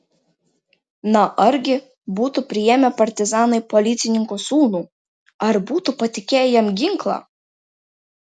na argi būtų priėmę partizanai policininko sūnų ar būtų patikėję jam ginklą